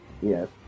yes